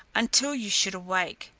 until you should awake.